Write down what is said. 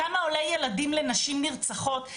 כמה עולה ילדים לנשים נרצחות,